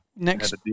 next